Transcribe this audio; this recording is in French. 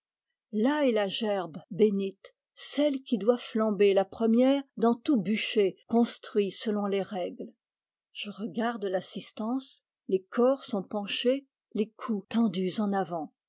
là est la gerbe bénite celle qui doit flamber la première dans tout bûcher construit selon les règles je regarde l'assistance les corps sont penchés les cous tendus en avant